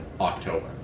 October